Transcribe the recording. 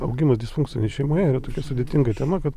augimas disfunkcinėje šeimoje yra tokia sudėtinga tema kad